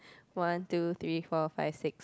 one two three four five six